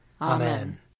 Amen